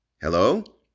Hello